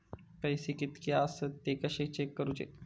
पैसे कीतके आसत ते कशे चेक करूचे?